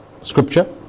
scripture